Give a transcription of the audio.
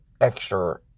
extra